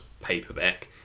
paperback